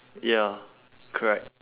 ya correct